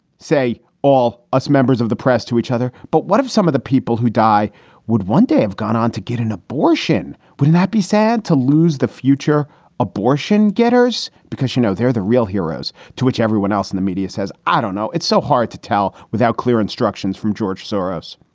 say all us members of the press to each other. but what if some of the people who die would one day have gone on to get an abortion? wouldn't that be sad to lose the future abortion getters? because, you know, they're the real heroes to which everyone else in the media says, i don't know. it's so hard to tell without clear instructions from george soros.